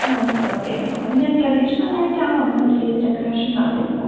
ആ ഡിസ്കൗണ്ട് ചെയ്യാൻ നോക്കാം പിന്നെ ട്രഡീഷണൽ ആയിട്ടാണോ നമ്മൾ സ്റ്റേജ് ഡെക്കറേഷൻ നടത്തേണ്ടത്